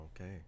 Okay